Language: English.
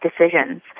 decisions